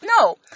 No